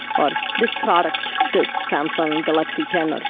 or this product, this samsung galaxy ten, but